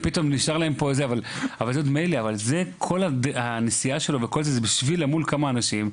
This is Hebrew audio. אבל כל הנסיעה הזאת שלו היא בשביל למול מספר אנשים,